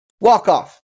Walk-off